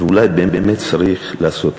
ואולי באמת צריך לעשות.